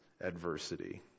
adversity